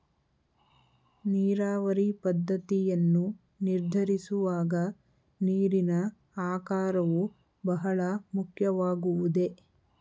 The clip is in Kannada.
ನೀರಾವರಿ ಪದ್ದತಿಯನ್ನು ನಿರ್ಧರಿಸುವಾಗ ನೀರಿನ ಆಕಾರವು ಬಹಳ ಮುಖ್ಯವಾಗುವುದೇ?